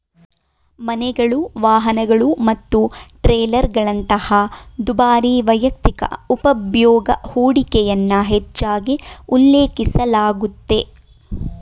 ಮನೆಗಳು, ವಾಹನಗಳು ಮತ್ತು ಟ್ರೇಲರ್ಗಳಂತಹ ದುಬಾರಿ ವೈಯಕ್ತಿಕ ಉಪಭೋಗ್ಯ ಹೂಡಿಕೆಯನ್ನ ಹೆಚ್ಚಾಗಿ ಉಲ್ಲೇಖಿಸಲಾಗುತ್ತೆ